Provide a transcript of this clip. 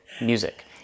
music